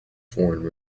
foreign